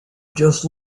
just